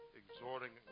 exhorting